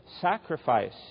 sacrifice